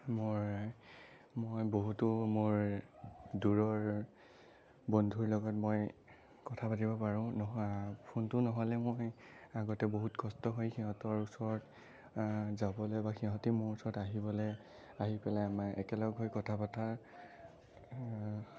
মোৰ মই বহুতো মোৰ দূৰৰ বন্ধুৰ লগত মই কথা পাতিব পাৰোঁ নহয় ফোনটো নহ'লে মই আগতে বহুত কষ্ট হয় সিহঁতৰ ওচৰত যাবলৈ বা সিহঁতে মোৰ ওচৰত আহিবলৈ আহি পেলাই আমাৰ একে লগ হৈ কথা পতাৰ